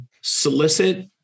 solicit